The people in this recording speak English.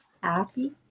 Happy